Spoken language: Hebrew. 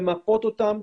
למפות אותם,